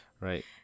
right